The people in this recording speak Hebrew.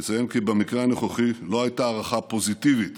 אציין כי במקרה הנוכחי לא הייתה הערכה פוזיטיבית